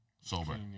sober